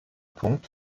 punkt